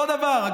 אותו דבר,